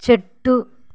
చెట్టు